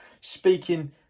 speaking